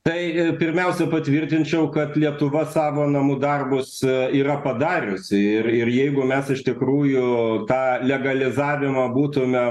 tai pirmiausia patvirtinčiau kad lietuva savo namų darbus yra padariusi ir ir jeigu mes iš tikrųjų tą legalizavimą būtume